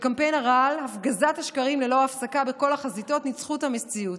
קמפיין הרעל והפגזת השקרים ללא הפסקה בכל החזיתות ניצחו את המציאות,